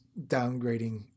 downgrading